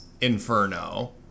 inferno